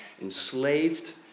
enslaved